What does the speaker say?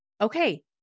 okay